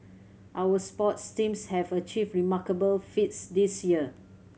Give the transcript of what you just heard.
our sports teams have achieved remarkable feats this year